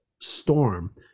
storm